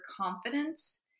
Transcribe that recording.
confidence